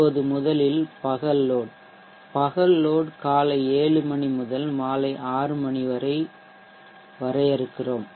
இப்போது முதலில் பகல் லோட் பகல் லோட் காலை 700 மணி முதல் மாலை 500 மணி வரை வரையறுக்கிறோம்